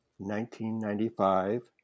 1995